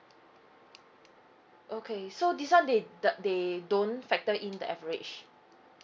okay so this one they the they don't factor in the average